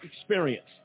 experience